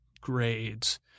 grades